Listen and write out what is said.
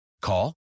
Call